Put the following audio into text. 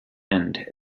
and